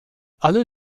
alle